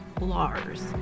Lars